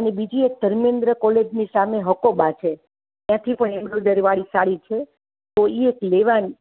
અને બીજી એક ધર્મેન્દ્ર કોલેજની સામે હકોબા છે ત્યાંથી પણ એમબ્રોઇડરીવાળી સાડી છે તો એ એક લેવાની